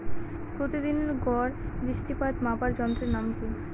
প্রতিদিনের গড় বৃষ্টিপাত মাপার যন্ত্রের নাম কি?